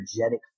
energetic